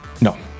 No